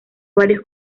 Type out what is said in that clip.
varios